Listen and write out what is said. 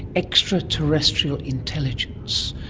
extra-terrestrial intelligence,